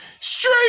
Straight